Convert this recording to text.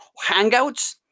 hangouts,